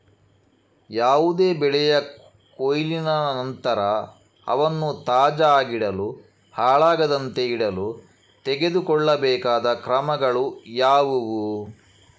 ಯಾವುದೇ ಬೆಳೆಯ ಕೊಯ್ಲಿನ ನಂತರ ಅವನ್ನು ತಾಜಾ ಆಗಿಡಲು, ಹಾಳಾಗದಂತೆ ಇಡಲು ತೆಗೆದುಕೊಳ್ಳಬೇಕಾದ ಕ್ರಮಗಳು ಯಾವುವು?